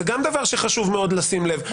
זה גם דבר שחשוב מאוד לשים לב אליו.